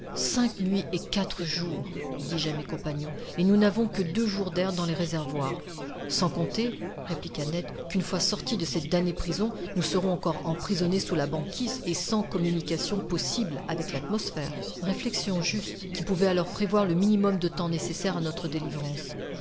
cinq nuits et quatre jours dis-je à mes compagnons et nous n'avons que pour deux jours d'air dans les réservoirs sans compter répliqua ned qu'une fois sortis de cette damnée prison nous serons encore emprisonnés sous la banquise et sans communication possible avec l'atmosphère réflexion juste qui pouvait alors prévoir le minimum de temps nécessaire à notre délivrance